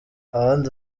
abandi